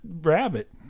rabbit